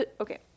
Okay